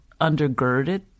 undergirded